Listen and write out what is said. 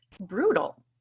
brutal